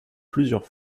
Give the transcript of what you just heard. plusieurs